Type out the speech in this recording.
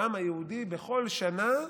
העם היהודי, בכל שנה,